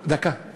דקה.